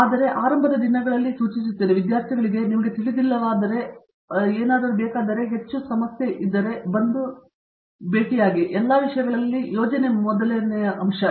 ಮೂರ್ತಿ ಆದರೆ ನಾನು ಆರಂಭದ ದಿನಗಳನ್ನು ಸೂಚಿಸುತ್ತಿದ್ದೇನೆ ವಿದ್ಯಾರ್ಥಿಗಳಿಗೆ ನಿಮಗೆ ತಿಳಿದಿಲ್ಲವಾದ್ದರಿಂದ ಆಗಾಗ್ಗೆ ಪೂರೈಸಲು ಹೆಚ್ಚು ಮುಖ್ಯವಾಗಿದೆ ಎಲ್ಲಾ ವಿಷಯಗಳಲ್ಲಿ ಯೋಜನೆ ಮೊದಲನೆಯದು